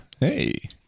Hey